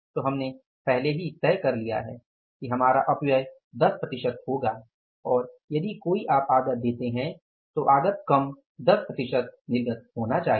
तो हमने पहले ही तय कर लिया है कि हमारा अपव्यय 10 प्रतिशत होगा और यदि आप कोई भी आगत देते हैं तो आगत कम 10 प्रतिशत निर्गत होना चाहिए